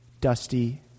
Dusty